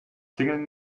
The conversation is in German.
klingeln